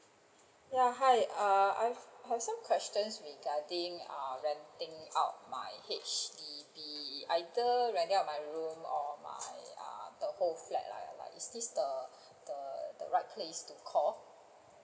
ya hi err I I have some questions regarding ah renting out my H_D_B either renting out my room or my the whole flat lah is this the the right place to call